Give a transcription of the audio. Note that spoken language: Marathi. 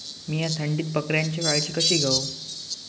मीया थंडीत बकऱ्यांची काळजी कशी घेव?